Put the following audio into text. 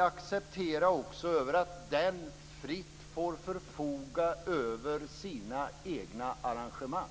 acceptera att den fritt får förfoga över sina egna arrangemang. Fru talman!